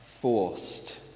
forced